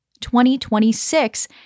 2026